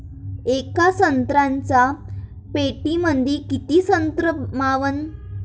येका संत्र्याच्या पेटीमंदी किती संत्र मावन?